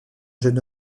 jeune